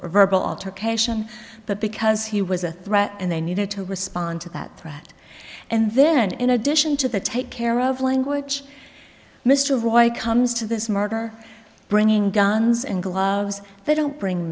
verbal altercation but because he was a threat and they needed to respond to that threat and then in addition to the take care of language mr roy comes to this murder bringing guns and gloves they don't bring